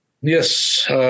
Yes